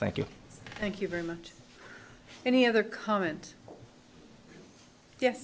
thank you thank you very much any other comment ye